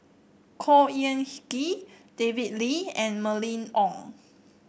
Khor Ean Ghee David Lee and Mylene Ong